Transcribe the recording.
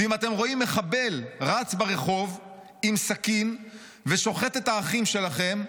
ואם אתם רואים מחבל רץ ברחוב עם סכין ושוחט את האחים שלכם,